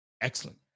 Excellent